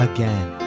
Again